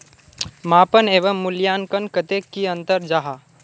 मापन एवं मूल्यांकन कतेक की अंतर जाहा?